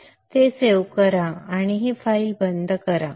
ते सेव्ह करा आणि ही फाईल बंद करा